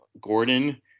Gordon